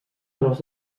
tros